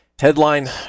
Headline